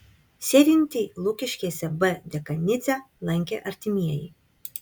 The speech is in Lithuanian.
sėdintį lukiškėse b dekanidzę lankė artimieji